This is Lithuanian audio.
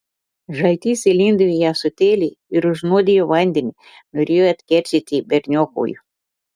žaltys įlindo į ąsotėlį ir užnuodijo vandenį norėjo atkeršyti berniokui